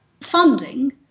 funding